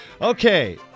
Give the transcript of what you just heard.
Okay